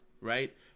Right